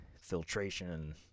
filtration